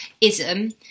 ism